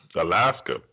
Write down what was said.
Alaska